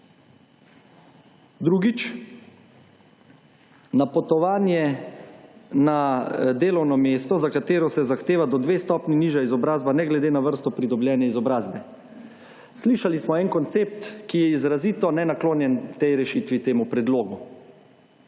Drugič, na potovanje na delovno mesto, za katero se zahteva do dve stopnji nižja izobrazba, ne glede na vrsto pridobljene izobrazbe. Slišali smo en koncept, ki je izrazito nenaklonjen tej rešitvi temu predlogu,